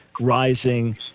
rising